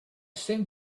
seem